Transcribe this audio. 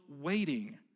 waiting